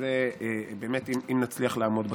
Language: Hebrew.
זה באמת אם נצליח לעמוד בקצב.